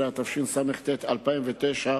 12), התשס"ט 2009,